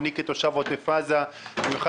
אני כתושב עוטף עזה מכיר,